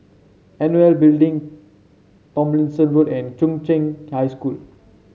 N O L Building Tomlinson Road and Chung Cheng High School